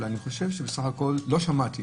אלא אני חושב שבסך הכול לא שמעתי